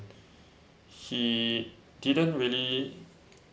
he didn't really